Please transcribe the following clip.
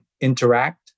interact